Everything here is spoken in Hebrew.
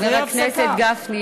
חבר הכנסת גפני,